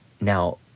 now